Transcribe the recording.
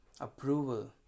approval